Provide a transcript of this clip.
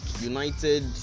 United